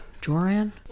Joran